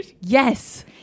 Yes